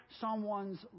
someone's